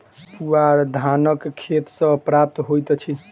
पुआर धानक खेत सॅ प्राप्त होइत अछि